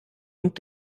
und